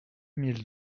mille